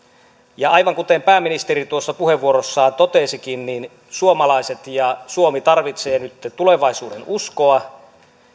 aivan kuten pääministeri puheenvuorossaan totesikin suomalaiset ja suomi tarvitsee nytten tulevaisuudenuskoa